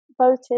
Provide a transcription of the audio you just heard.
voted